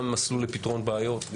גם מסלול לפתרון בעיות,